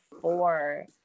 four